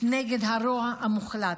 נגד הרוע המוחלט.